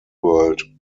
world